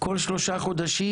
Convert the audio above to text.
כל שלושה חודשים,